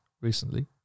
recently